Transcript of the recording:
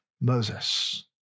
Moses